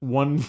one